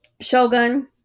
Shogun